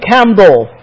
Campbell